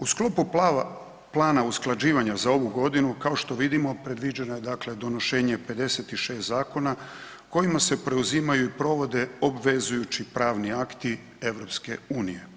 U sklopu plana usklađivanja za ovu godinu kao što vidimo predviđeno je dakle donošenje 56 zakona kojima se preuzimaju i provode obvezujući pravni akti EU.